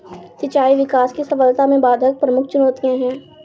सिंचाई विकास की सफलता में बाधक प्रमुख चुनौतियाँ है